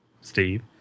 Steve